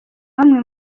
bamwe